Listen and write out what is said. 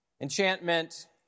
Enchantment